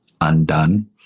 undone